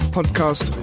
Podcast